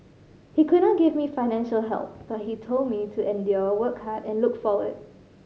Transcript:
he could not give me financial help but he told me to endure work hard and look forward